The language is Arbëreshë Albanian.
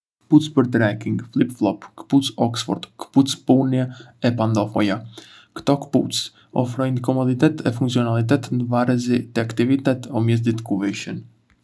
Këpucë për trekking, flip-flop, këpucë oxford, këpucë pune e pantofla. Ktò këpucë ofrojndë komoditet e funksionalitet ndë varësi të aktivitetit o mjedisit ku vishen.